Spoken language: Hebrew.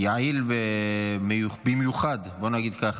יעיל במיוחד, בוא נגיד ככה.